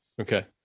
Okay